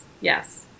yes